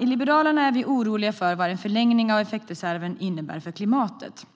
Liberalerna är oroliga för vad en förlängning av effektreserven innebär för klimatet.